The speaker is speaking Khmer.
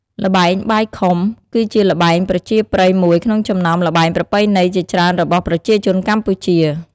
ល្បែងបាយខុំ គឺជាល្បែងប្រជាប្រិយមួយក្នុងចំណោមល្បែងប្រពៃណីជាច្រើនរបស់ប្រជាជនកម្ពុជា។